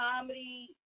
comedy